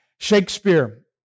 Shakespeare